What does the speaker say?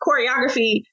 choreography